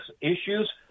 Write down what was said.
issues